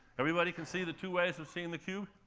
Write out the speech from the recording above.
everybody can see the two ways of seeing the cube?